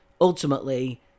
ultimately